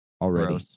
already